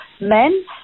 men